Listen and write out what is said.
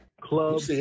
Club